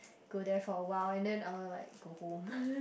go there for a while and then I will like go home